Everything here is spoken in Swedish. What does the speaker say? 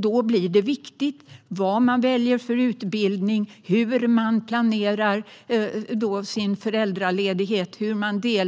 Då blir det viktigt vad man väljer för utbildning, hur man planerar sin föräldraledighet, hur man som föräldrar